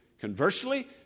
conversely